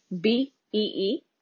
B-E-E